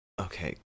Okay